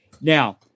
Now